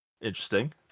Interesting